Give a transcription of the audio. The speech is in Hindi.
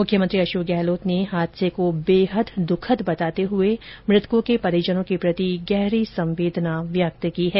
मुख्यमंत्री अशोक गहलोत ने हादसे को बेहद दुखद बताते हुए मृतकों के परिजनों के प्रति गहरी संवेदनाएं व्यक्त की है